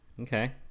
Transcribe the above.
okay